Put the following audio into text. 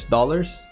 Dollars